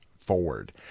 forward